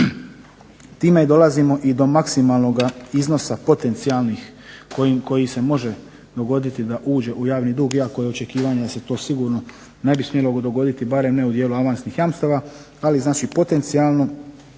Time dolazimo i do maksimalnoga iznosa potencijalnih, kojim se može dogoditi da uđe u javni dug, iako je očekivanja da se to sigurno ne bi smjelo dogoditi, barem ne u dijelu avansnih jamstava, ali znači potencijalno